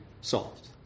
solved